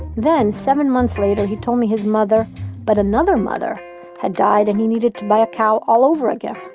then, seven months later, he told me his mother but another mother had died and he needed to buy a cow all over again